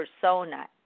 persona